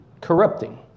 corrupting